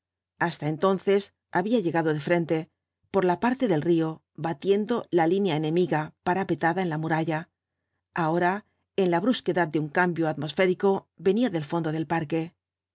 hasta entonces había llegado de trente por la parte del río batiendo la línea enemiga parapetada en la muralla ahora con la brusquedad de un cambio atmosférico venía del fondo del parque